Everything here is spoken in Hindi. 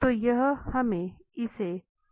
तो यहां हमें इसे देदूस किया है